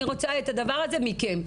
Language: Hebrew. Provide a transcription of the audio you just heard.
אני רוצה את הדבר הזה מכם.